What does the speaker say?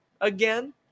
again